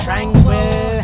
Tranquil